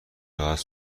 راحت